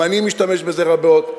גם אני משתמש בזה רבות,